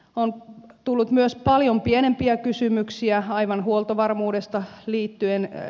on tullut myös paljon pienempiä kysymyksiä aivan huoltovarmuudesta lähtien